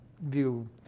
view